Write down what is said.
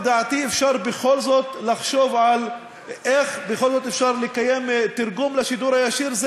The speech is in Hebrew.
לדעתי אפשר בכל זאת לחשוב איך בכל זאת אפשר לקיים תרגום לשידור הישיר.